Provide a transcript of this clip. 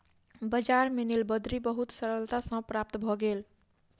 बजार में नीलबदरी बहुत सरलता सॅ प्राप्त भ गेल